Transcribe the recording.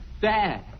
Dad